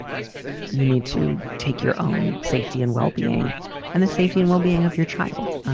you need to take your own safety and well-being and the safety and well-being of your child.